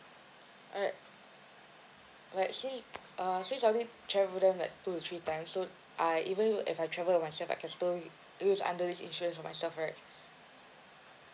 alright like say something traveling like two to three times so I even if I travel with myself I can still use under this insurance for myself right